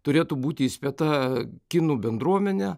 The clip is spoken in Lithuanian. turėtų būti įspėta kinų bendruomenė